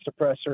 suppressor